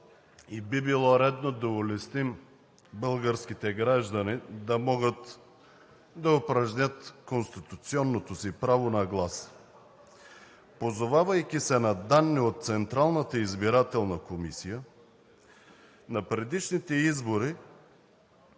и би било редно да улесним българските граждани да могат да упражнят конституционното си право на глас. Позовавайки се на данни от Централната избирателна комисия, на предишните избори